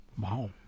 Wow